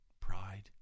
pride